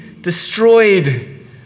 destroyed